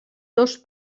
dos